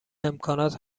امکانات